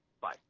Bye